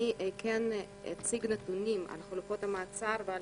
אני אציג נתונים על חלופות המעצר ועל